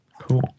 Cool